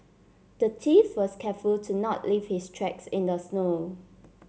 the thief was careful to not leave his tracks in the snow